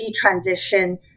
transition